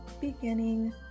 beginning